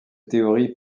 théories